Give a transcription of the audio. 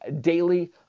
daily